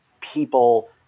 people